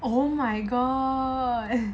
oh my god